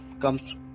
comes